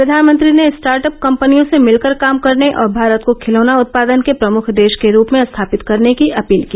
प्रधानमंत्री ने स्टार्टअप कंपनियों से मिलकर काम करने और भारत को खिलौना उत्पादन के प्रमुख देश के रूप में स्थापित करने की अपील की